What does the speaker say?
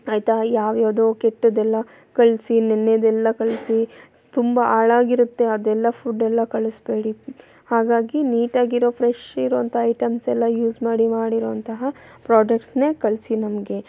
ಆಯಿತಾ ಯಾವ್ಯಾವುದೋ ಕೆಟ್ಟದ್ದೆಲ್ಲ ಕಳಿಸಿ ನಿನ್ನೆದೆಲ್ಲ ಕಳಿಸಿ ತುಂಬ ಹಾಳಾಗಿರುತ್ತೆ ಅದೆಲ್ಲ ಫುಡ್ಡೆಲ್ಲ ಕಳಿಸಬೇಡಿ ಹಾಗಾಗಿ ನೀಟಾಗಿರೊ ಫ್ರೆಶ್ ಇರುವಂಥ ಐಟಮ್ಸ್ ಎಲ್ಲ ಯೂಸ್ ಮಾಡಿ ಮಾಡಿರುವಂತಹ ಪ್ರಾಡಕ್ಟ್ಸ್ನೇ ಕಳಿಸಿ ನಮಗೆ